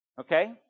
Okay